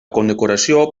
condecoració